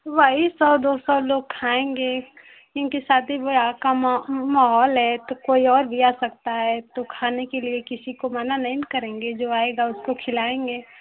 वही सौ दो सौ लोग खाएंगे इंकी शादी ब्याह का मा माहौल है तो कोई और भी आ सकता है तो खाने के लिए किसी को मना नहीं न करेंगे जो आएगा उसको खिलाएंगे